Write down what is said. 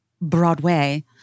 Broadway